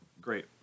great